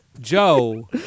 Joe